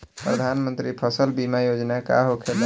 प्रधानमंत्री फसल बीमा योजना का होखेला?